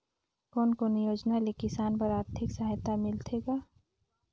कोन कोन योजना ले किसान बर आरथिक सहायता मिलथे ग?